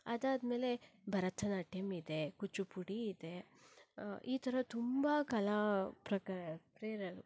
ಅದಾದ ಮೇಲೆ ಭರತನಾಟ್ಯಮ್ ಇದೆ ಕೂಚಿಪುಡಿ ಇದೆ ಈ ಥರ ತುಂಬ ಕಲಾಪ್ರಕ ಪ್ರೇರ